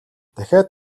дахиад